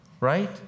right